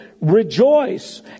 rejoice